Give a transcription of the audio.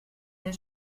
der